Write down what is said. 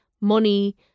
money